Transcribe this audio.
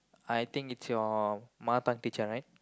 I think it's your mother tongue teacher right